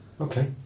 okay